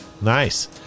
nice